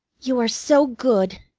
you are so good!